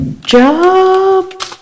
Job